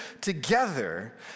together